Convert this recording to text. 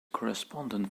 correspondent